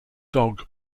dog